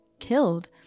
killed